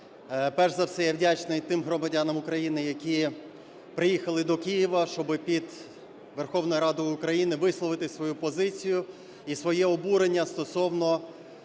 Перш за все, я вдячний тим громадянам України, які приїхали до Києва, щоби під Верховною Радою Україна висловити свою позицію і своє обурення стосовно